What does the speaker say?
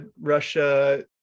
Russia